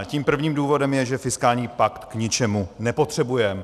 Tím prvním důvodem je, že fiskální pakt k ničemu nepotřebujeme.